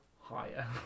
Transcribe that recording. higher